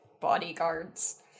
bodyguards